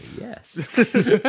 Yes